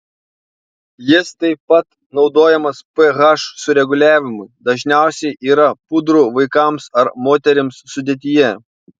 jis taip pat naudojamas ph sureguliavimui dažniausiai yra pudrų vaikams ar moterims sudėtyje